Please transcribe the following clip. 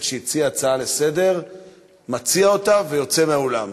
שהציע הצעה לסדר-היום מציע אותה ויוצא מהאולם.